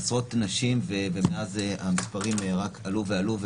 עשרות נשים ומאז המספרים רק עלו ועלו.